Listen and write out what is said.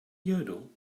yodel